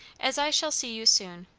as i shall see you soon,